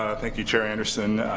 ah thank you chair anderson.